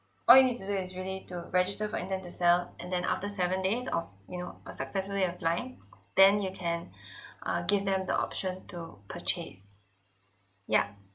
all you need to do is you need to register for intent to sell and then after seven days of you know uh successfully applying then you can uh give them the option to purchase yup